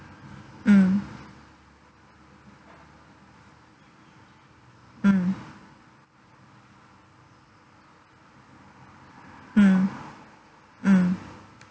mm mm mm mm